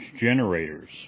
generators